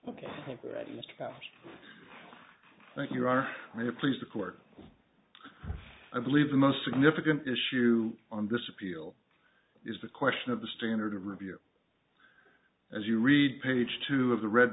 pass thank you are here please the court i believe the most significant issue on this appeal is the question of the standard of review as you read page two